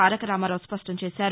Taraka Ramarao న్పష్టంచేశారు